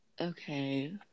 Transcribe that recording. Okay